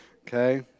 Okay